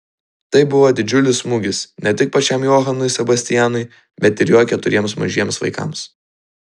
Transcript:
tai buvo didžiulis smūgis ne tik pačiam johanui sebastianui bet ir jo keturiems mažiems vaikams